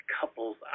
couples